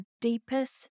deepest